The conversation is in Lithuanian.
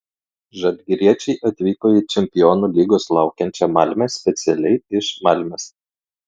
žalgiriečiai atvyko į čempionų lygos laukiančią malmę specialiai iš malmės